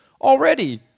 already